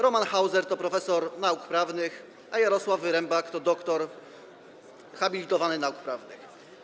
Roman Hauser to profesor nauk prawnych, a Jarosław Wyrembak to doktor habilitowany nauk prawnych.